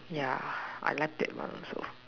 ya I like that mah so